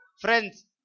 Friends